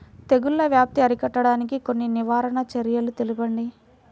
తెగుళ్ల వ్యాప్తి అరికట్టడానికి కొన్ని నివారణ చర్యలు తెలుపండి?